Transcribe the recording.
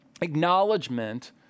acknowledgement